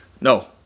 No